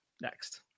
next